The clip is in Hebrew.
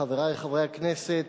חברי חברי הכנסת,